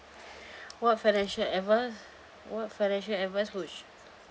what financial advice what financial advise would